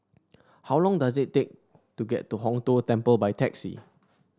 how long does it take to get to Hong Tho Temple by taxi